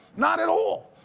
not at all.